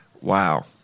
Wow